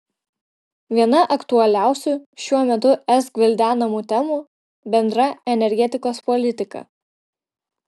viena aktualiausių šiuo metu es gvildenamų temų bendra energetikos politika